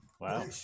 Wow